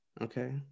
Okay